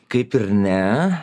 kaip ir ne